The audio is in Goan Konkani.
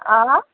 आं